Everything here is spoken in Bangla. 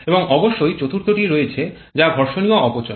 এবং অবশ্যই চতুর্থটি রয়েছে যা ঘর্ষণীয় অপচয়